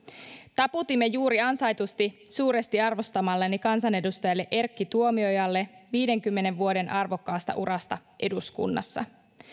taputimme juuri ansaitusti suuresti arvostamalleni kansanedustajalle erkki tuomiojalle viidenkymmenen vuoden arvokkaasta urasta eduskunnassa